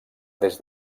des